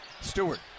Stewart